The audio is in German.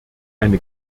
eine